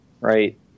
right